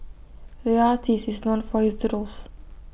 the artist is known for his doodles